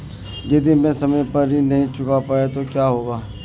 यदि मैं समय पर ऋण नहीं चुका पाई तो क्या होगा?